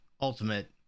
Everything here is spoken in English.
Ultimate